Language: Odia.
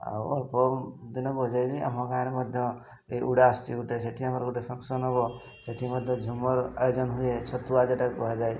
ଆଉ ଅଳ୍ପ ଦିନେ ବଜାଇବି ଆମ ଗାଁରେ ମଧ୍ୟ ଏଇ ଉଡ଼ା ଆସୁଛି ଗୋଟେ ସେଠି ଆମର ଗୋଟେ ଫଙ୍କସନ୍ ହେବ ସେଠି ମଧ୍ୟ ଝୁମର ଆୟୋଜନ ହୁଏ ଛତୁ ଆଜିଟା କୁହାଯାଏ